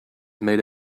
made